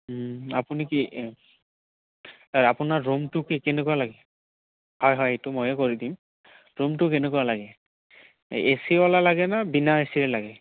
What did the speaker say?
আপুনি কি আপোনাৰ ৰুমটো কি কেনেকুৱা লাগে হয় হয় এইটো মইয়ে কৰি দিম ৰুমটো কেনেকুৱা লাগে এ চিৱলা লাগে নে বিনা এ চিৰ লাগে